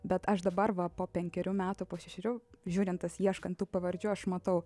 bet aš dabar va po penkerių metų po šešerių žiūrint tas ieškant tų pavardžių aš matau